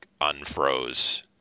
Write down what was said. unfroze